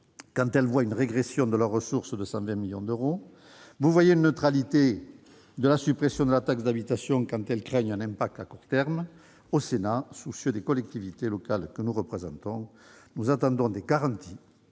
quand elles voient une régression de leurs ressources à hauteur de 120 millions d'euros. Vous voyez une neutralité de la suppression de la taxe d'habitation, quand elles craignent un impact à court terme. Qu'en est-il en réalité ? Le Sénat, soucieux des collectivités locales qu'il représente, attend des garanties